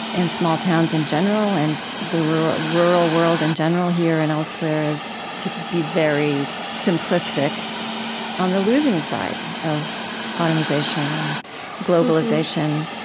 and small towns in general, and the rural rural world in general, here and elsewhere is to be very simplistic on the losing side of automization and globalization.